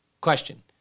Question